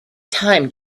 time